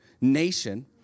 nation